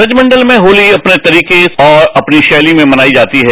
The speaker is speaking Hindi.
ब्रज मंडल में होती अपने तरीके और अपनी शैली में मनाई जाती है